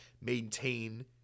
maintain